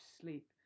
sleep